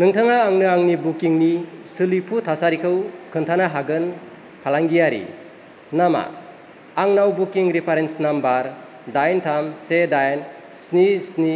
नोंथाङा आंनो आंनि बुकिंनि सोलिफु थासारिखौ खिन्थानो हागोन फालांगियारि नामा आंनाव बुकिं रेफारेन्स नाम्बार दाइन थाम से दाइन स्नि स्नि